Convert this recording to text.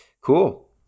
Cool